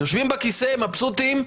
יושבים בכיסא, מבסוטים,